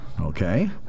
okay